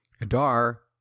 adar